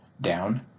down